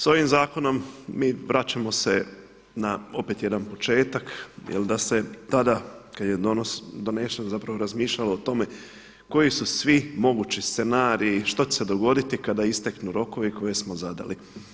S ovim zakonom mi vraćamo se na opet jedan početak da se tada kada je donesen zapravo razmišljalo o tome koji su svi mogući scenariji, što će se dogoditi kada isteknu rokovi koje smo zadali.